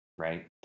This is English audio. right